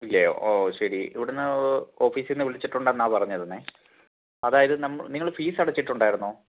ഇല്ലയോ ഓഹ് ശരി ഇവിടെ നിന്ന് ഓഫീസിൽ നിന്നു വിളിച്ചിട്ടുണ്ടെന്നാണ് പറഞ്ഞിരുന്നത് അതായത് നിങ്ങൾ ഫീസടച്ചിട്ടുണ്ടായിരുന്നോ